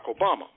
Obama